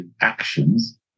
actions